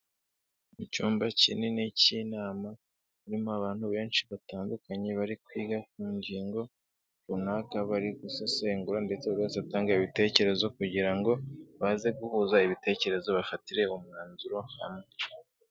Mu cyumba kinini cy'inama harimo abantu benshi batandukanye bari kwiga ku ngingo runaka bari gusesengura, ndetse buri wese atange ibitekerezo kugira ngo baze guhuza ibitekerezo, bafatire umwanzuro hamwe.